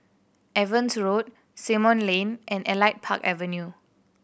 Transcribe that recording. Evans Road Simon Lane and Elite Park Avenue